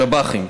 שב"חים,